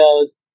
goes